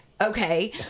okay